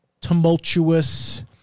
tumultuous